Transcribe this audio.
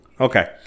Okay